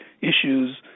issues